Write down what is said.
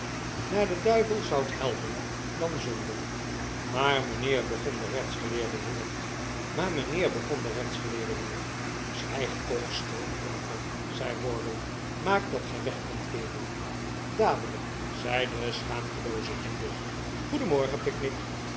naar den duivel zoudt helpen dan zonder maar mijnheer begon de rechtsgeleerde weer zwijg toch stil perker zei wardle maak dat gij wegkomt kerel ri dadelijk zei de schaamtelooze jingle goedenmorgen